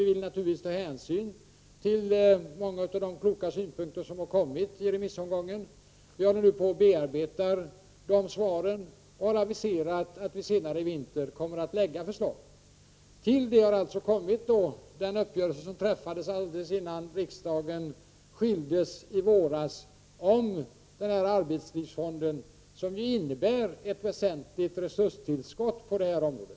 Vi vill naturligtvis ta hänsyn till många av de kloka synpunkter som har inkommit. Vi håller som sagt på att bearbeta svaren och har aviserat att vi senare i vinter kommer att framlägga förslag. Till detta har också kommit den uppgörelse som träffades alldeles innan riksdagen skildes i våras, nämligen uppgörelsen om arbetslivsfonden. Den innebär ett väsentligt resurstillskott på detta område.